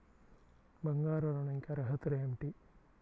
బంగారు ఋణం కి అర్హతలు ఏమిటీ?